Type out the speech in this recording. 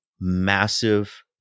massive